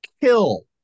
kill